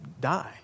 die